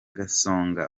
gasongo